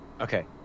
Okay